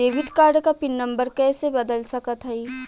Debit card क pin number कइसे बदल सकत हई?